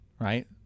right